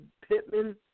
Pittman